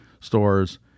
stores